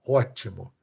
ótimo